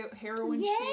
heroin